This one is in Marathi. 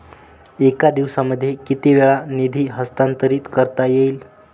एका दिवसामध्ये किती वेळा निधी हस्तांतरीत करता येईल?